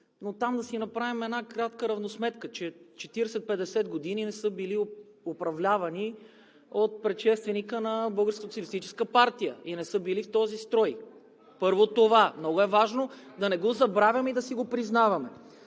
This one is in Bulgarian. но там, да си направим една кратка равносметка, че 40-50 години не са били управлявани от предшественика на Българската социалистическа партия и не са били в този строй. Първо това. Много е важно да не го забравяме и да си го признаваме.